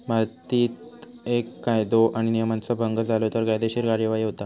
भारतीत कर कायदो आणि नियमांचा भंग झालो तर कायदेशीर कार्यवाही होता